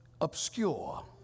obscure